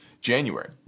January